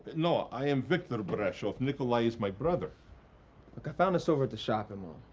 no, i am victor brashov. nicolae is my brother. look, i found this over at the shopping mall.